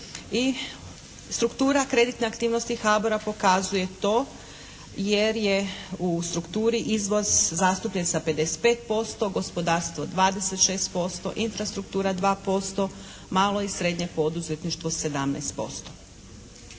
I struktura kreditne aktivnosti HBOR-a pokazuje to jer je u strukturi izvoz zastupljen sa 55%, gospodarstvo 26%, infrastruktura 2%, malo i srednje poduzetništvo 17%.